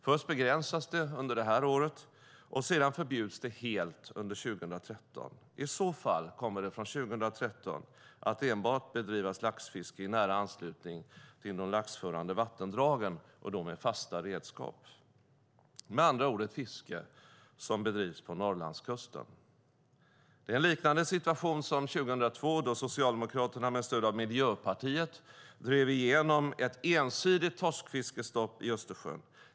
Först begränsas det under det här året, och sedan förbjuds det helt under 2013. I så fall kommer det från 2013 att enbart bedrivas laxfiske i nära anslutning till de laxförande vattendragen, och då med fasta redskap, med andra ord ett fiske som bedrivs längs Norrlandskusten. Det är en liknande situation som 2002 då Socialdemokraterna med stöd av Miljöpartiet drev igenom ett ensidigt torskfiskestopp i Östersjön.